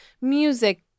music